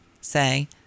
say